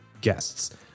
guests